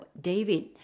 David